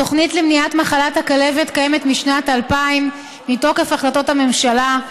התוכנית למניעת מחלת הכלבת קיימת משנת 2000 מתוקף החלטות הממשלה,